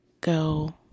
go